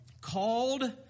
called